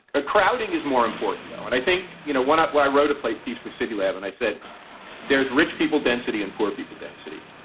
a crowding is more important, though. and i think, you know, when but i wrote a plate piece for city lab and i said there's rich people density and poor people density,